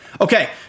Okay